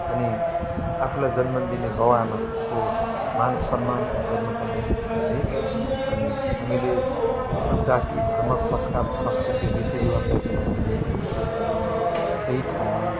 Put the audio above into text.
अनि आफूलाई जन्म दिने बाउ आमाको मान सम्मान गर्नु पर्ने है अनि हामीले आफ्नो जाति धर्म संस्कार संस्कृति रीतिरिवाजलाई पनि हामीले सही ठाउँमा